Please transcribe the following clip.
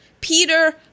Peter